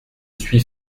suis